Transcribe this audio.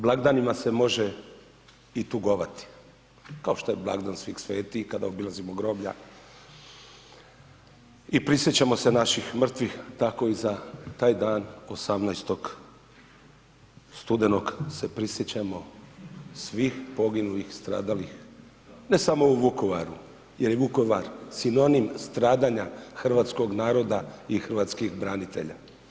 Blagdanima se može i tugovati, kao što je blagdan Svih svetih kada obilazimo groblja i prisjećamo se naših mrtvih, tako i za taj dan 18. studenog se prisjećamo svih poginulih i stradalih ne samo u Vukovaru jer je Vukovar sinonim stradanja hrvatskog naroda i hrvatskih branitelja.